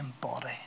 body